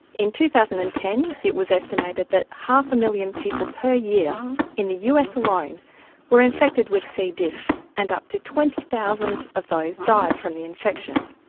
in two thousand and ten it was estimated that half a million people per year in the us alone were infected with c. diff and up to twenty thousand of those died from the infection.